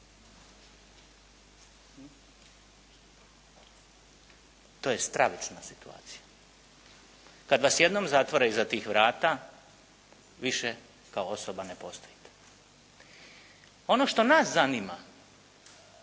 To je stravična situacija. Kad vas jednom zatvore iza tih vrata više kao osoba ne postojite. Ono što nas zanima